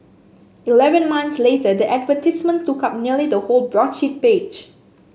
eleven months later the advertisement took up nearly the whole broadsheet page